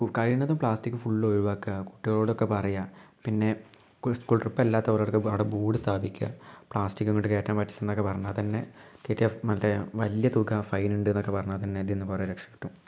കഴിയുന്നതും plastic full ഒഴിവാക്കുക കുട്ടികളോടൊക്കെ പറയുക പിന്നെ സ്കൂൾ ട്രിപ്പ് അല്ലാത്തവർക്ക് അവിടെ ബോർഡ് സ്ഥാപിക്കുക പ്ലാസ്റ്റിക്ക് അങ്ങോട്ട് കയറ്റാൻ പറ്റില്ല എന്നൊക്കെ പറഞ്ഞാൽ തന്നെ കയറ്റിയാൽ മറ്റേ വലിയ തുക ഫൈനുണ്ട് എന്നൊക്കെ പറഞ്ഞാൽ തന്നെ അതിൽ നിന്ന് കുറേ രക്ഷപ്പെടും